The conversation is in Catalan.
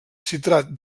citrat